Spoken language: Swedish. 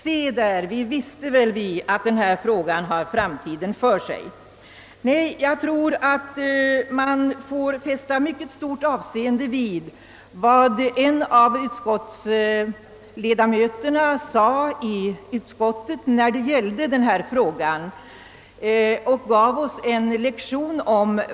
Se där, vi visste väl att denna fråga hade framtiden för sig!» Nej, man bör enligt min mening snarare fästa mycket stort avseende vid den lektion som en av utskottsledamöterna gav oss i utskottet om varifrån begreppet sabbatsår egentligen kommer.